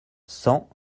cent